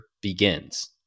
begins